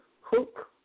hook